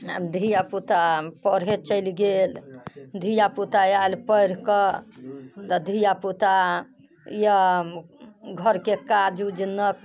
आब धियापुता पढ़ै चलि गेल धियापुता आयल पढ़ि कऽ तऽ धियापुता या घरके काज उज नहि